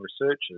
researchers